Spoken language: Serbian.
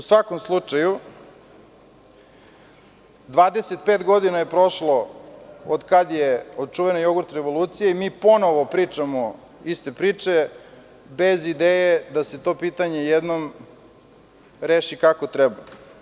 U svakom slučaju, 25 godina je prošlo od čuvene „jogurt revolucije“ i mi ponovo pričamo iste priče, bez ideje da se to pitanje jednom reši kako treba.